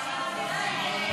סעיף 1,